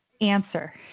answer